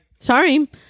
sorry